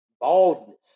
baldness